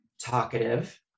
Talkative